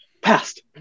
passed